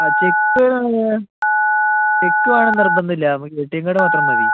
ആ check check വേണം നിർബന്ധം ഇല്ല നമ്മൾക്ക് എ ടി എം കാർഡ് മാത്രം മതി